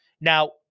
Now